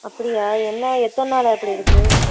அப்படியா என்ன எத்தனை நாளாக இப்படி இருக்குது